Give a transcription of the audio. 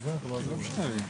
הדיגיטל הלאומי,